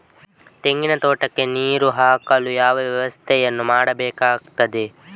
ತೆಂಗಿನ ತೋಟಕ್ಕೆ ನೀರು ಹಾಕಲು ಯಾವ ವ್ಯವಸ್ಥೆಯನ್ನು ಮಾಡಬೇಕಾಗ್ತದೆ?